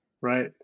right